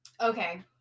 Okay